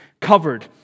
covered